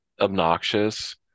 obnoxious